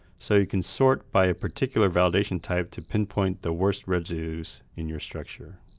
so you can sort by a particular validation type to pinpoint the worst residues in your structure.